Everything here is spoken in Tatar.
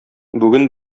бүген